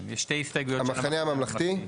המחנה הממלכתי.